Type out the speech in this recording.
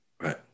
Right